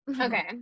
Okay